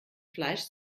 fleisch